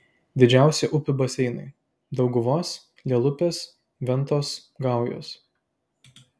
didžiausi upių baseinai dauguvos lielupės ventos gaujos